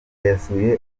yasuye